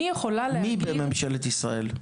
מי בממשלת ישראל?